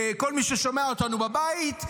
כל מי ששומע אותנו בבית,